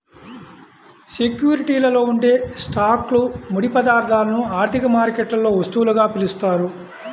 సెక్యూరిటీలలో ఉండే స్టాక్లు, ముడి పదార్థాలను ఆర్థిక మార్కెట్లలో వస్తువులుగా పిలుస్తారు